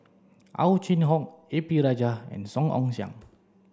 Ow Chin Hock A P Rajah and Song Ong Siang